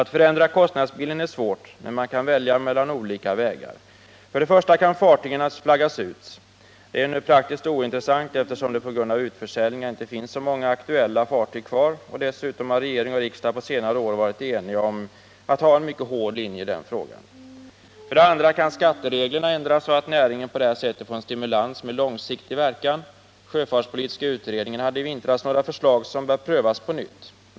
Att förändra kostnadsbilden är svårt, men man kan välja mellan olika För det första kan, som sagt, fartygen flaggas ut. Detta är nu praktiskt ointressant, eftersom det på grund av utförsäljningar inte finns så många aktuella fartyg kvar. Dessutom har regering och riksdag på senare år varit eniga om en mycket hård linje i den frågan. För det andra kan skattereglerna ändras, så att näringen på det sättet får en stimulans med långsiktig verkan. Sjöfartspolitiska utredningen hade i vintras några förslag som bör prövas på nytt.